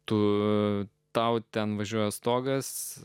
tu tau ten važiuoja stogas